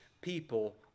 people